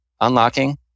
unlocking